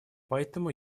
поэтому